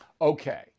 Okay